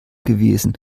gewesen